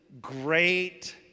great